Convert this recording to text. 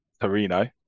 Torino